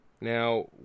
Now